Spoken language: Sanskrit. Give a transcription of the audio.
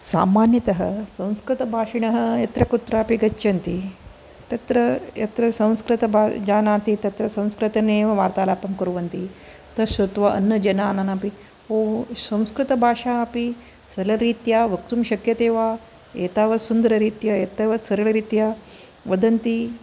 सामान्यतः संस्कृतभाषिणः यत्र कुत्रापि गच्छन्ति तत्र यत्र संस्कृत जानाति तत्र संस्कृतमेव वार्तालापं कुर्वन्ति तत् श्रुत्वा अन्यजनानामपि ओ संस्कृतभाषा अपि सरलरीत्या वक्तुं शक्यते वा एतावत् सुन्दररीत्या एतावत् सरलरीत्या वदन्ति